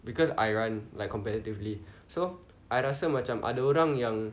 because I run like competitively so I rasa macam ada orang yang